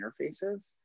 interfaces